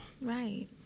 Right